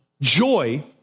Joy